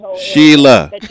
Sheila